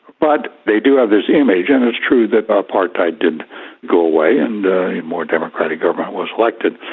but they do have this image and it's true that apartheid did go away and a more democratic government was elected.